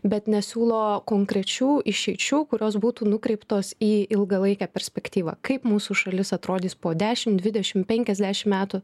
bet nesiūlo konkrečių išeičių kurios būtų nukreiptos į ilgalaikę perspektyvą kaip mūsų šalis atrodys po dešimt dvidešimt penkiasdešimt metų